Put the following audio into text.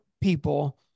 people